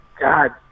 God